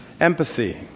Empathy